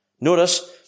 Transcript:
Notice